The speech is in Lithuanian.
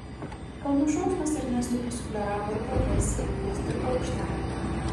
kalnų šauksmas ernestui pasufleravo ir profesiją jis dirbo aukštalipiu